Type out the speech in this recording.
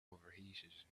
overheated